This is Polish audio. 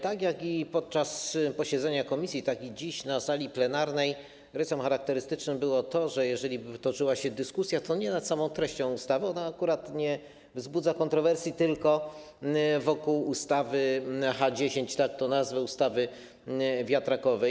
Tak jak podczas posiedzenia komisji, tak i dziś na sali plenarnej rysem charakterystycznym było to, że jeżeli toczyła się dyskusja, to nie nad samą treścią tej ustawy, ona akurat nie wzbudza kontrowersji, tylko wokół ustawy 10H, tak to nazwę, ustawy wiatrakowej.